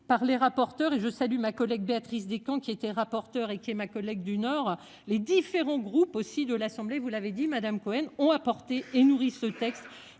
par les rapporteurs et je salue ma collègue, Béatrice Descamps, qui était rapporteur et qui est ma collègue du Nord. Les différents groupes aussi de l'Assemblée, vous l'avez dit, Madame Cohen ont apporté et nourrit ce texte